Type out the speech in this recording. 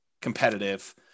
competitive